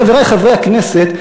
חברי חברי הכנסת,